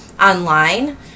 online